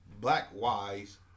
black-wise